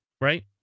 right